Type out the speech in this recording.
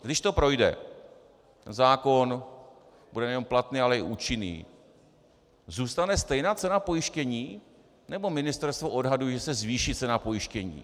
Když to projde, zákon bude nejenom platný, ale i účinný zůstane stejná cena pojištění, nebo ministerstvo odhaduje, že se zvýší cena pojištění?